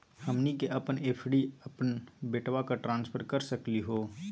हमनी के अपन एफ.डी अपन बेटवा क ट्रांसफर कर सकली हो?